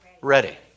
ready